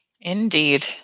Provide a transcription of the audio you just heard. Indeed